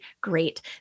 great